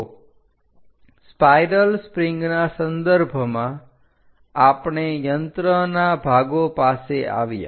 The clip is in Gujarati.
તો સ્પાઇરલ સ્પ્રિંગના સંદર્ભમાં આપણે યંત્ર ના ભાગો પાસે આવ્યા